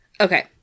okay